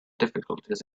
difficulties